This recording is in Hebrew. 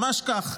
ממש כך.